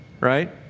Right